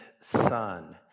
Son